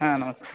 हा नमस्ते